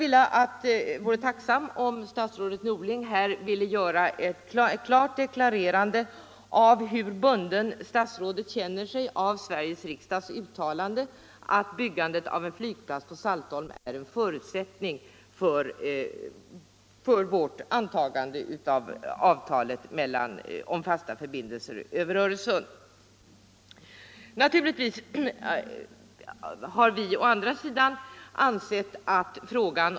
Jag vore tacksam om statsrådet Norling här ville klart deklarera hur bunden han känner sig av Sveriges riksdags uttalande att byggandet av en flygplats på Saltholm är en förutsättning för vårt antagande av avtalet om fasta förbindelser över Öresund.